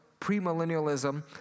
premillennialism